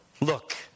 Look